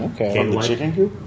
Okay